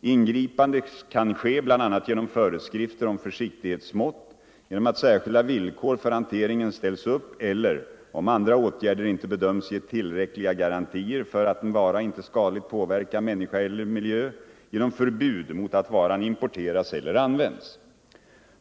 Ingripande kan ske bl.a. genom föreskrifter om försiktighetsmått, genom att särskilda villkor för hanteringen ställs upp eller — om andra åtgärder inte bedöms ge tillräckliga garantier för att en vara inte skadligt påverkar människa eller miljö — genom förbud mot att varan importeras eller används.